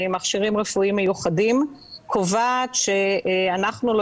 מכשירים רפואיים מיוחדים קובעת שאנחנו לא